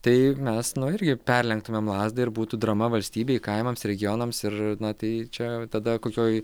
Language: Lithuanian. tai mes nu irgi perlenktumėm lazdą ir būtų drama valstybei kaimams regionams ir na tai čia tada kokioj